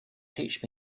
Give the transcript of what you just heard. teach